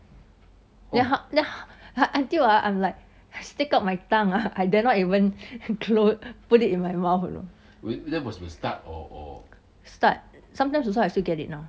then then until ah I'm like stick out my tongue ah I dare not even close put it in my mouth you know start sometimes also I still get it now